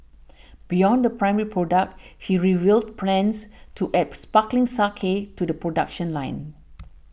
beyond the primary product he revealed plans to add sparkling sake to the production line